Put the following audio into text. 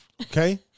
Okay